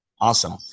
Awesome